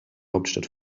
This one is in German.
hauptstadt